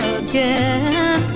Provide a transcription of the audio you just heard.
again